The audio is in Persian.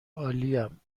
عالیم